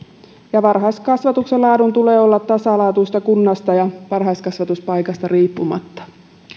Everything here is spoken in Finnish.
ja varhaiskasvatuksen laadun tulee olla tasalaatuista kunnasta ja varhaiskasvatuspaikasta riippumatta